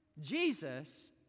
Jesus